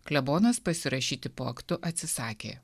klebonas pasirašyti po aktu atsisakė